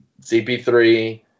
CP3